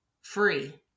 free